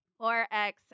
4X